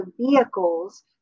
vehicles